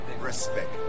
respect